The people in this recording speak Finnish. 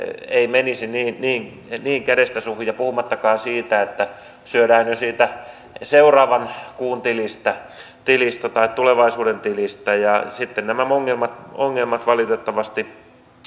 ei menisi niin niin kädestä suuhun puhumattakaan siitä että syödään jo siitä seuraavan kuun tilistä tilistä tai tulevaisuuden tilistä ja sitten nämä ongelmat valitettavasti